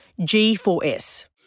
G4S